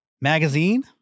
magazine